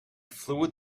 fluid